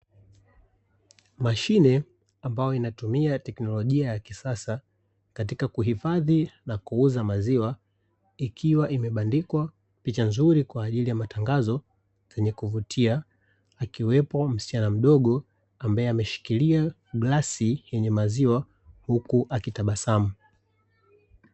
Mashine ambayo inatumia teknolojia ya kisasa katika kuhifadhi na kuuza maziwa, ikiwa imebandikwa picha nzuri kwa ajili ya matangazo yenye kuvutia, akiwepo msichana mdogo ambaye ameshikilia glasi yenye maziwa huku akitabasamu.